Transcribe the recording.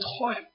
time